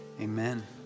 Amen